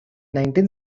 nineteen